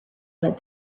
led